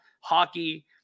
hockey